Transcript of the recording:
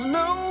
no